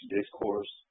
discourse